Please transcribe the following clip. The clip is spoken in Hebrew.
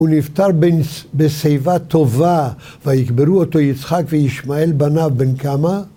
הוא נפטר בשיבה טובה, ויקברו אותו יצחק וישמעאל בניו בן כמה?